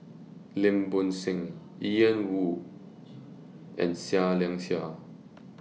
Lim Bo Seng Ian Woo and Seah Liang Seah